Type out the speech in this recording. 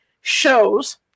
shows